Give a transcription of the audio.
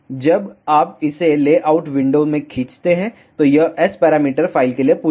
जब आप इसे लेआउट विंडो में खींचते हैं तो यह S पैरामीटर फ़ाइल के लिए पूछेगा